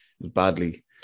Badly